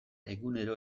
egunero